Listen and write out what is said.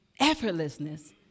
effortlessness